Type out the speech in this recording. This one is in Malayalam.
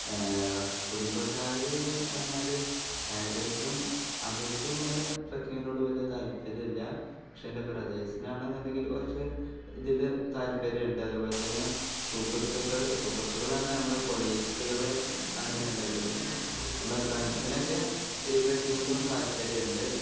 കുടുംബക്കാർ പറഞ്ഞാൽ പോരൻസും അവർക്കൊന്നും ഇങ്ങനെ ട്രക്കിങ്ങിനോട് വലിയ താല്പര്യമില്ല പക്ഷേ എൻ്റെ ബ്രദേേഴ്സിനാണെന്നുണ്ടെങ്കിൽ കുറച്ചു ഇതിൽ താല്പര്യമുണ്ട് അതുപോലെ തന്നെ സുഹൃത്തുക്കൾ സുഹൃത്തുക്കളെന്ന് പറഞ്ഞാൽ നമ്മടെ കൊളീഗ്സുകൾ ആണെന്നുണ്ടെങ്കിൽ നമ്മുടെ ഫ്രണ്ട്സിനൊക്കെ ഈ ട്രക്കിങ്ങിലും താല്പര്യമുണ്ട്